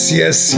yes